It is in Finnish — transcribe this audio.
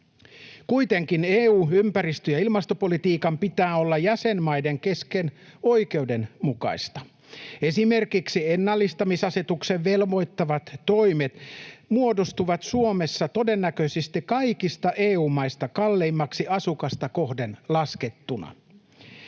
Kuitenkin EU:n ympäristö- ja ilmastopolitiikan pitää olla jäsenmaiden kesken oikeudenmukaista. Esimerkiksi ennallistamisasetuksen velvoittamat toimet muodostuvat Suomessa todennäköisesti kaikista EU-maista kalleimmiksi asukasta kohden laskettuna.